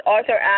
Arthur